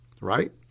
right